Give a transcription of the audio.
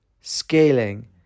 scaling